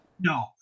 No